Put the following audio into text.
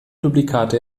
duplikate